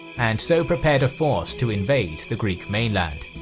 and so prepared a force to invade the greek mainland.